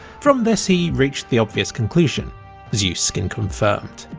from this he reached the obvious conclusion zeus skin confirmed.